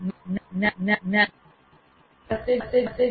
આ સંતોષકારક રીતે થઇ શકતું નથી